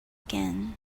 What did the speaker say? again